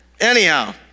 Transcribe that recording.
Anyhow